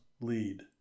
lead